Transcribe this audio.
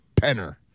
Penner